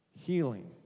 healing